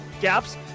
gaps